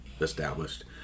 established